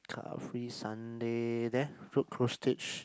car free Sunday there